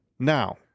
Now